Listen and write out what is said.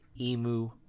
emu